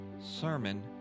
sermon